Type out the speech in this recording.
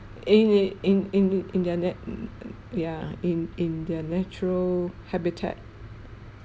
in uh in in in in their nat~ in in yeah in in their natural habitat